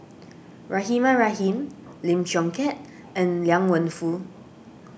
Rahimah Rahim Lim Chong Keat and Liang Wenfu